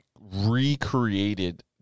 recreated